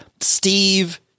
Steve